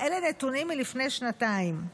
אלה נתונים מלפני שנתיים.